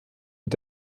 mit